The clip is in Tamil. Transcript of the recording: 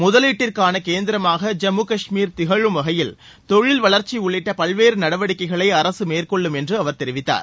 முதலீட்டிற்கான கேந்திரமாக ஜம்மு கஷ்மீர் திகழும் வகையில் தொழில் வளர்ச்சி உள்ளிட்ட பல்வேறு நடவடிக்கைகளை அரசு மேற்கொள்ளும் என்று அவர் தெரிவித்தார்